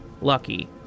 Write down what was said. lucky